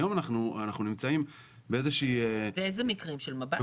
באילו מקרים, של מב"ט?